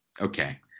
okay